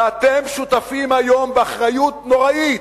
ואתם שותפים היום, באחריות נוראית,